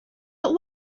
but